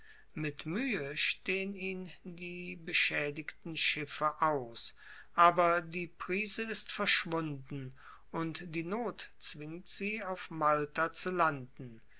mit mühe stehen ihn die beschädigten schiffe aus aber die prise ist verschwunden und die not zwingt sie auf malta zu landen